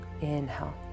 inhale